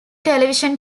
television